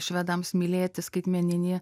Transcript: švedams mylėti skaitmeninį